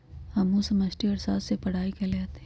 हमहु समष्टि अर्थशास्त्र के पढ़ाई कएले हति